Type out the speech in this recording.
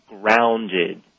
grounded